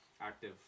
active